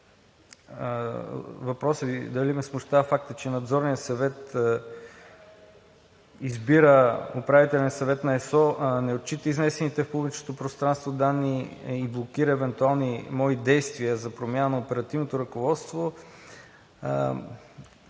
въпроса Ви дали ме смущава фактът, че Надзорният съвет избира Управителен съвет на ЕСО, не отчита изнесените в публичното пространство данни и блокира евентуални мои действия за промяна на оперативното ръководство